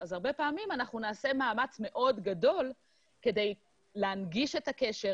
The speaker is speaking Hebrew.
אז הרבה פעמים אנחנו נעשה מאוד גדול כדי להנגיש את הקשר,